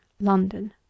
London